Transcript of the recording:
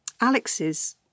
Alex's